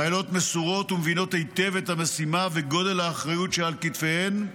החיילות מסורות ומבינות היטב את המשימה וגודל האחריות שעל כתפיהן,